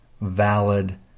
valid